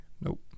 nope